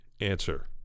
answer